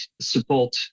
support